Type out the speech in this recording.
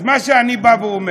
אז מה שאני אומר: